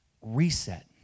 Reset